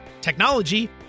technology